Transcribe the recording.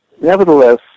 Nevertheless